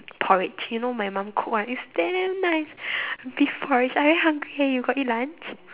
porridge you know my mum cook one it's damn nice beef porridge I very hungry you got eat lunch